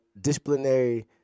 disciplinary